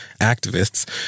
activists